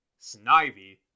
Snivy